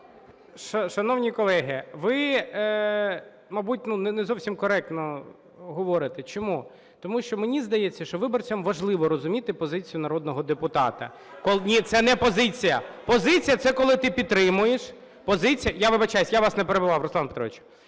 Шановні колеги, ви, мабуть, не зовсім коректно говорите, чому? Тому що мені здається, що виборцям важливо розуміти позицію народного депутата. (Шум у залі) Ні, це не позиція, позиція - це коли ти підтримуєш, позиція… Я вибачаюсь, я вас не перебивав Руслан Петрович.